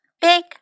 big